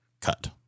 cut